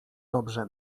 dobrze